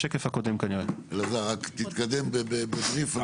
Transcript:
אלעזר, רק תתקדם בבריף.